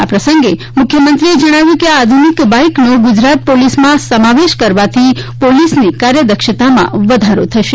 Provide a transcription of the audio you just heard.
આ પ્રસંગે મુખ્યમંત્રીએ જણાવ્યું હતું કે આ આધુનિક બાઇકનો ગુજરાત પોલીસમાં સમાવેશ કરવાથી પોલીસની કાર્યદક્ષતામાં વધારો થશે